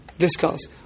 Discuss